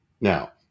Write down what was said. Now